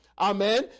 Amen